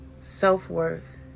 self-worth